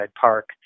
Park